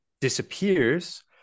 disappears